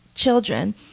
children